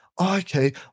okay